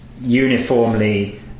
uniformly